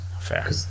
Fair